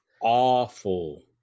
Awful